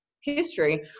history